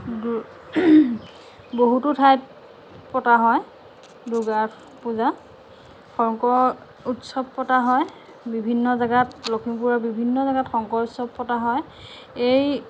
দূৰ বহুতো ঠাইত পতা হয় দুৰ্গা পূজা শংকৰ উৎসৱ পতা হয় বিভিন্ন জেগাত লখিমপুৰৰ বিভিন্ন জেগাত শংকৰ উৎসৱ পতা হয় এই